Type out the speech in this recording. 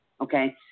Okay